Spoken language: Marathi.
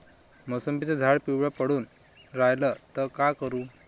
मोसंबीचं झाड पिवळं पडून रायलं त का करू?